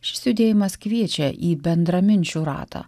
šis judėjimas kviečia į bendraminčių ratą